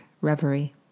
reverie